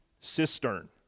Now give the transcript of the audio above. cistern